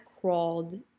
crawled